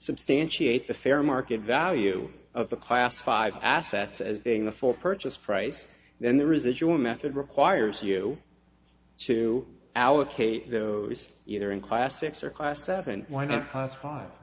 substantiate the fair market value of the classified assets as being the full purchase price then the residual method requires you to allocate those either in classics or class seven why not host